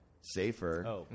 safer